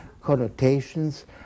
connotations